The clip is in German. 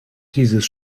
dieses